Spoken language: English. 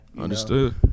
Understood